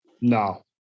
No